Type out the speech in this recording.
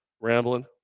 Rambling